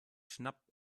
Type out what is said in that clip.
schnapp